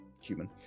human